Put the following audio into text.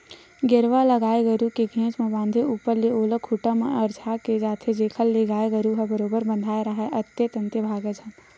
गेरवा ल गाय गरु के घेंच म बांधे ऊपर ले ओला खूंटा म अरझा दे जाथे जेखर ले गाय गरु ह बरोबर बंधाय राहय अंते तंते भागय झन